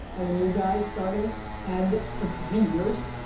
um a new guy starting and for three years.